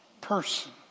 person